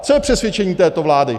Co je přesvědčení této vlády?